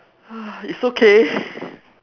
it's okay